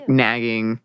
nagging